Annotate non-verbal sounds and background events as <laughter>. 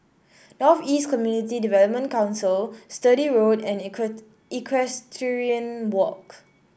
North East Community Development Council Sturdee Road and <unintelligible> Equestrian Walk